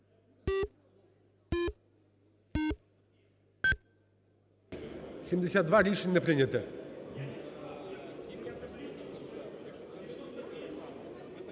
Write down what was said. Рішення прийнято.